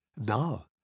Now